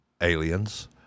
aliens